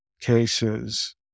cases